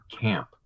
camp